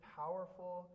powerful